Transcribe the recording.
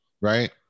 Right